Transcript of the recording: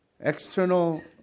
External